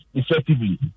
effectively